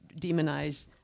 demonize